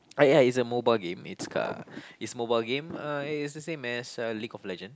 ah ya it's a mobile game it's uh it's mobile game uh it's the same as uh League of Legend